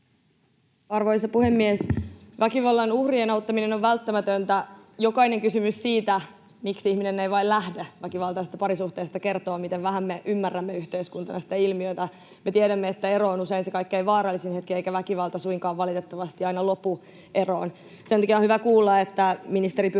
Arvoisa puhemies! Väkivallan uhrien auttaminen on välttämätöntä. Jokainen kysymys siitä, miksi ihminen ei vain lähde väkivaltaisesta parisuhteesta, kertoo, miten vähän me yhteiskuntana ymmärrämme sitä ilmiötä. Me tiedämme, että ero on usein se kaikkein vaarallisin hetki, eikä väkivalta suinkaan valitettavasti aina lopu eroon. Sen takia on hyvä kuulla, että ministeri pyrkii